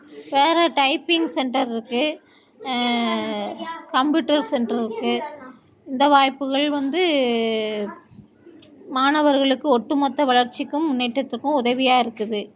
வேறு typing centre இருக்கு computer centre இருக்கு இந்த வாய்ப்புகள் வந்து மாணவர்களுக்கு ஒட்டு மொத்த வளர்ச்சிக்கும் முன்னேற்றத்துக்கும் உதவியாக இருக்குது